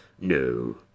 No